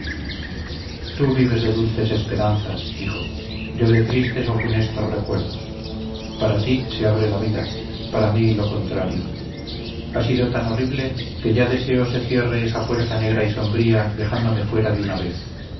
tú vives de dulces esperanzas dijo yo de tristes o funestos recuerdos para ti se abre la vida para mí lo contrario ha sido tan horrible que ya deseo se cierre esa puerta negra y sombría dejándome fuera de una vez